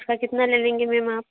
उसका कितना ले लेंगे मैम आप